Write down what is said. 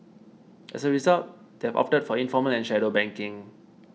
as a result they've opted for informal and shadow banking